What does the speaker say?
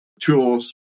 tools